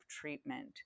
treatment